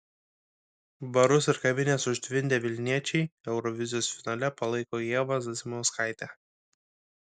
barus ir kavines užtvindę vilniečiai eurovizijos finale palaiko ievą zasimauskaitę